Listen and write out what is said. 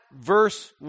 verse